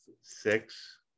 six